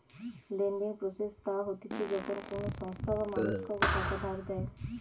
lending process তা হতিছে যখন কোনো সংস্থা বা মানুষ কাওকে টাকা ধার দেয়